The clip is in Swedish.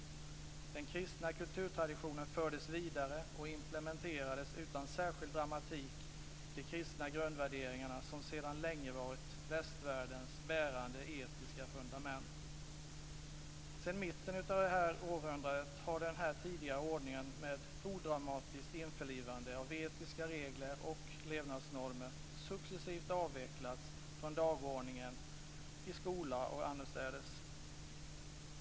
Den kristna kulturtraditionen fördes vidare, och utan särskild dramatik implementerades de kristna grundvärderingarna som sedan länge varit västvärldens bärande etiska fundament. Sedan mitten av detta århundrade har denna tidigare ordning med odramatiskt införlivande av etiska regler och levnadsnormer successivt avvecklats från dagordningen i skola och annorstädes.